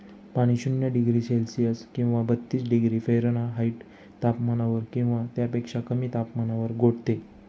पाणी शून्य degree Celsius किंवा बत्तीस डिग्री फॅरेनहाईट तापमानावर किंवा त्यापेक्षा कमी तापमानावर गोठते